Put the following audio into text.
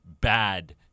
bad